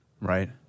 Right